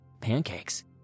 pancakes